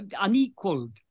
unequaled